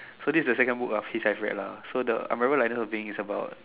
so this is the second book of his I've read lah so the I remember the first being about